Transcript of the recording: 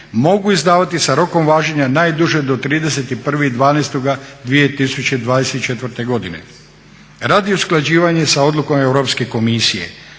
mogu izdavati sa rokom važenja najduže do 31.12.2024. godine radi usklađivanja sa odlukom Europske komisije.